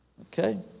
Okay